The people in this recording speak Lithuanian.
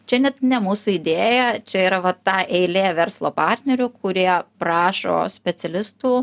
čia net ne mūsų idėja čia yra va ta eilė verslo partnerių kurie prašo specialistų